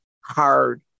hard